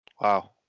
Wow